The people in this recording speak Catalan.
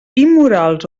immorals